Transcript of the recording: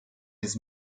his